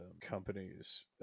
companies